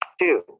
two